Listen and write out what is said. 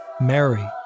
Mary